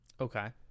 Okay